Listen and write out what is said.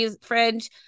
fridge